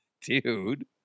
dude